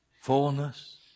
fullness